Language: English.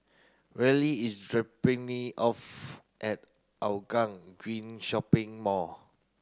Reilly is dropping me off at Hougang Green Shopping Mall